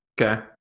Okay